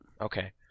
Okay